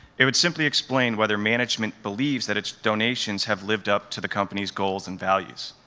it would simply explain whether management believes that its donations have lived up to the company's goals and values.